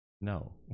No